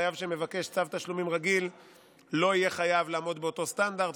חייב שמבקש צו תשלומים רגיל לא יהיה חייב לעמוד באותו סטנדרט,